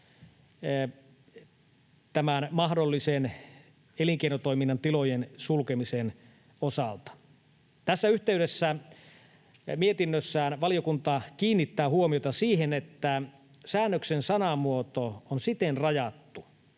mahdollisen elinkeinotoiminnan tilojen sulkemisen osalta. Tässä yhteydessä mietinnössään valiokunta kiinnittää huomiota siihen, että säännöksen sanamuoto on siten rajattu,